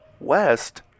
West